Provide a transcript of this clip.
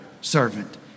servant